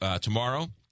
tomorrow